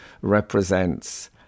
represents